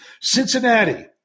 Cincinnati